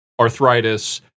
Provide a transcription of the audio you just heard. arthritis